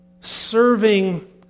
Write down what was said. serving